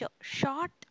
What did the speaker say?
short